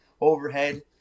overhead